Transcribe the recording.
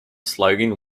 slogan